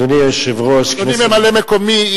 ממלא-מקומי,